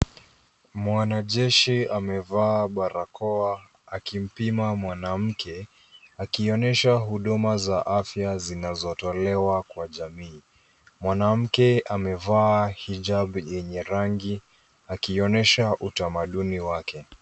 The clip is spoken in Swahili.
Mwanajeshi amevaa barakoa akimpima mwanamke, akionyesha huduma za afya zinazotolewa kwa jamii. Mwanamke amevaa hijab yenye rangi akionyesha utamaduni wake.